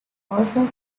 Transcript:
also